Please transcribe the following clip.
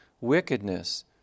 Wickedness